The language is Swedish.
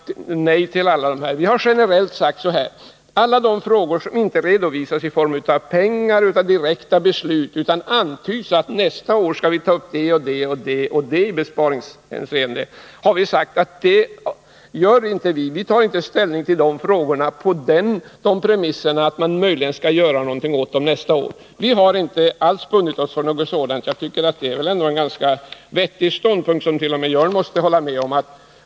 Vi har generellt uttalat att vi inte tar ställning till alla de frågor som inte direkt föranleder anslagsäskanden utan där det bara antyds att man nästa år kommer att ta upp vissa besparingsförslag, dvs. att man då möjligen kommer att vidta några åtgärder. Att vi inte har bundit oss för något sådant är väl en ganska vettig ståndpunkt, somt.o.m. Jörn Svensson bör kunna acceptera.